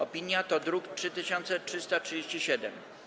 Opinia to druk nr 3337.